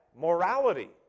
morality